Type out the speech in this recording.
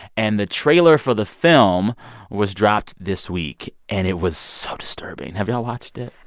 and the trailer for the film was dropped this week, and it was so disturbing. have y'all watched it?